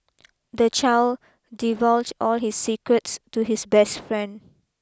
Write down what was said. the child divulged all his secrets to his best friend